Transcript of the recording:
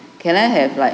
can I have like